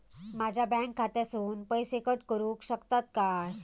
माझ्या बँक खात्यासून पैसे कट करुक शकतात काय?